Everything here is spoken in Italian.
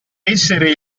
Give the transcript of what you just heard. essere